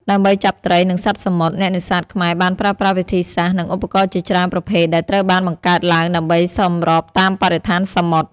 ដើម្បីចាប់ត្រី និងសត្វសមុទ្រ អ្នកនេសាទខ្មែរបានប្រើប្រាស់វិធីសាស្ត្រ និងឧបករណ៍ជាច្រើនប្រភេទដែលត្រូវបានបង្កើតឡើងដើម្បីសម្របតាមបរិស្ថានសមុទ្រ។